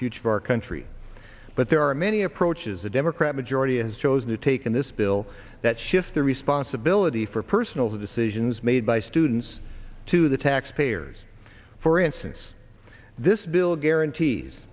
future of our country but there are many approaches a democrat majority has chosen to take in this bill that shift the responsibility for personal decisions made by students to the taxpayers for instance this bill guarantees